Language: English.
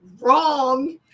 wrong